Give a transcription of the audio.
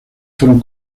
fueron